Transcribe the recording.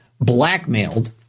blackmailed